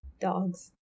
dogs